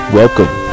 welcome